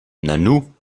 nanu